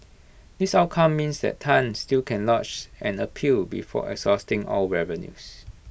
this outcome means that Tan still can lodge an appeal before exhausting all avenues